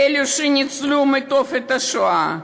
אלה שניצלו מתופת השואה.